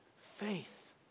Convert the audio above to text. faith